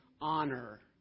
honor